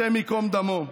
השם ייקום דמו: